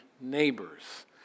neighbors